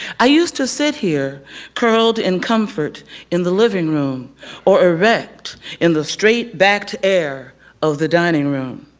i used to sit here curled in comfort in the living room or erect in the straight-backed air of the dining room.